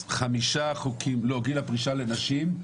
גיל הפרישה לנשים,